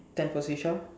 ten for shisha